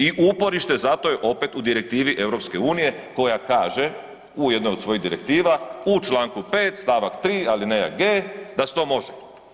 I uporište za to je opet u Direktivi EU koja kaže u jednoj od svojih direktiva u Članku 5. stavak 3. alineja g) da se to može.